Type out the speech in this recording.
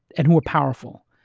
and who were powerful.